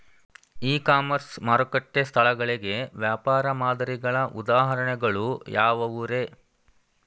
E commerce ಮಾರುಕಟ್ಟೆ ಸ್ಥಳಗಳಿಗೆ ವ್ಯಾಪಾರ ಮಾದರಿಗಳ ಉದಾಹರಣೆಗಳು ಯಾವವುರೇ?